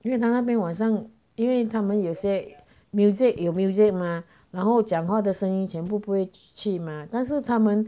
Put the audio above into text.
因为他那边晚上因为他们有些 music 有 music 吗然后讲话的声音全部不会去吗但是他们